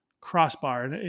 crossbar